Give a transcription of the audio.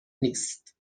نیست